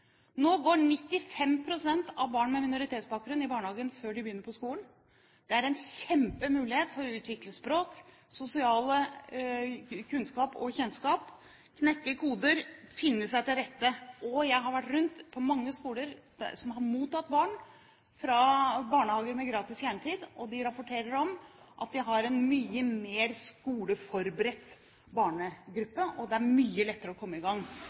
Nå går 95 pst. av barn med minoritetsbakgrunn i barnehagen før de begynner på skolen. Det er en kjempemulighet for å utvikle språk, sosial kunnskap og kjennskap, knekke koder, finne seg til rette. Jeg har vært rundt på mange skoler som har mottatt barn fra barnehager med gratis kjernetid. De rapporterer om at de har en mye mer skoleforberedt barnegruppe, og det er mye lettere å komme i gang